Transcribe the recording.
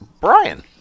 Brian